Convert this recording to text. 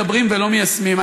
מדברים ולא מיישמים.